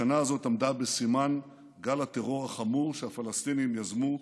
השנה הזאת עמדה בסימן גל הטרור החמור שהפלסטינים יזמו,